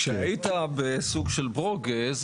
כשהיית בסוג של ברוגז,